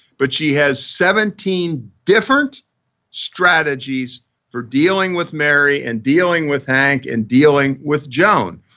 but she has seventeen different strategies for dealing with mary and dealing with hank and dealing with joan.